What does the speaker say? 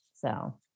So-